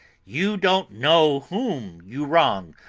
you don't know whom you wrong,